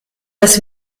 das